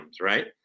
right